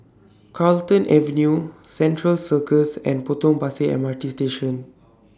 Carlton Avenue Central Circus and Potong Pasir M R T Station